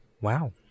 Wow